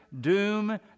doom